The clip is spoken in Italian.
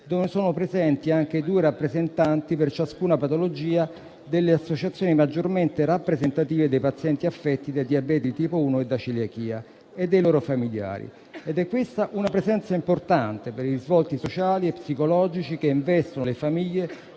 dove sono presenti anche due rappresentanti per ciascuna patologia delle associazioni maggiormente rappresentative dei pazienti affetti da diabete di tipo 1 e da celiachia e dei loro familiari. È questa una presenza importante per i risvolti sociali e psicologici che investono le famiglie